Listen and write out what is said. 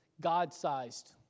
God-sized